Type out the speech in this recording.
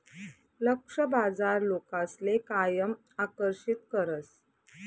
लक्ष्य बाजार लोकसले कायम आकर्षित करस